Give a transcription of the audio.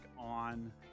on